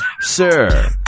Sir